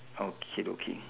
how kid okay